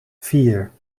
vier